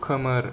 खोमोर